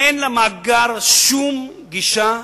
2. אין למאגר שום גישה חיצונית.